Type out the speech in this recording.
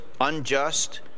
unjust